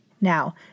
Now